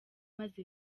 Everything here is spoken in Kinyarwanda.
maze